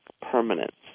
permanence